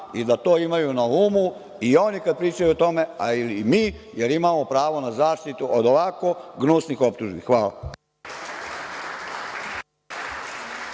i da to imaju na umu kada pričaju o tome, a i mi, jer imamo pravo na zaštitu od ovako gnusnih optužbi. Hvala.